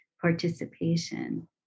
participation